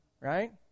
right